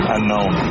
Unknown